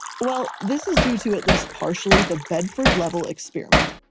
well, this is due to at least partially the bedford level experiment.